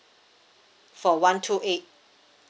for one two eight